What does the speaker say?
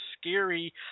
scary